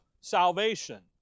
salvation